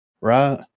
right